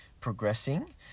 progressing